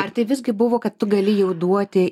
ar tai visgi buvo kad tu gali jau duoti